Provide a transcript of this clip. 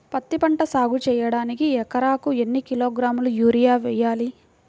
పత్తిపంట సాగు చేయడానికి ఎకరాలకు ఎన్ని కిలోగ్రాముల యూరియా వేయాలి?